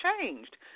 changed